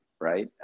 right